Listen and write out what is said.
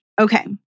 Okay